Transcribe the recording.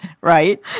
Right